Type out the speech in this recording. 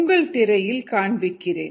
உங்கள் திரையில் காண்பிக்கிறேன்